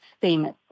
famous